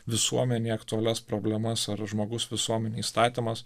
visuomenei aktualias problemas ar žmogus visuomenėj įstatymas